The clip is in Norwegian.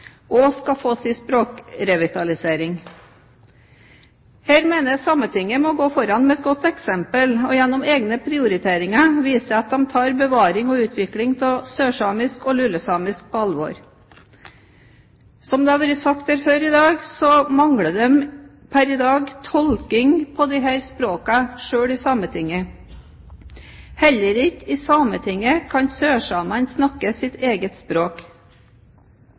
og sørsamisk også skal få sin språkrevitalisering. Her mener jeg Sametinget må gå foran med et godt eksempel, og gjennom egne prioriteringer vise at de tar bevaring og utvikling av sørsamisk og lulesamisk på alvor. Som det har vært sagt før her i dag, mangler Sametinget pr. i dag tolking på disse språkene – selv der. Heller ikke i Sametinget kan sørsamene snakke sitt eget språk.